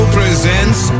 presents